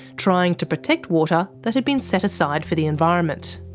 trying to protect water that had been set aside for the environment.